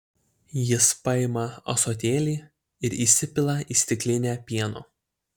jis paima ąsotėlį ir įsipila į stiklinę pieno